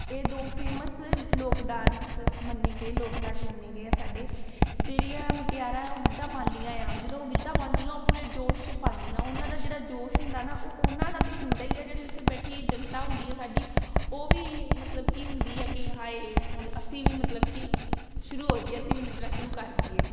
ਇਹ ਦੋ ਫੇਮਸ ਲੋਕ ਡਾਂਸ ਮੰਨੇ ਗਏ ਲੋਕ ਨਾਚ ਮੰਨੇ ਗਏ ਆ ਸਾਡੇ ਜਿਹੜੀਆਂ ਮੁਟਿਆਰਾਂ ਹੈ ਉਹ ਗਿੱਧਾ ਪਾਉਂਦੀਆਂ ਆ ਜਦੋਂ ਗਿੱਧਾ ਪਾਉਂਦੀਆਂ ਉਹ ਪੂਰੇ ਜੋਸ਼ 'ਚ ਪਾਉਂਦੀਆਂ ਉਹਨਾਂ ਦਾ ਜਿਹੜਾ ਜੋਸ਼ ਹੁੰਦਾ ਨਾ ਉਹ ਉਹਨਾਂ ਦਾ ਤਾਂ ਹੁੰਦਾ ਹੀ ਆ ਜਿਹੜੇ ਉੱਥੇ ਬੈਠੀ ਜਨਤਾ ਹੁੰਦੀ ਹੈ ਸਾਡੀ ਉਹ ਵੀ ਮਤਲਬ ਕਿ ਹੁੰਦੀ ਆ ਕਿ ਹਾਏ ਹੁਣ ਅਸੀਂ ਵੀ ਮਤਲਬ ਕਿ ਸ਼ੁਰੂ ਹੋ ਜੀਏ ਅਸੀਂ ਵੀ ਨੱਚਣਾ ਸ਼ੁਰੂ ਕਰ ਦੇਈਏ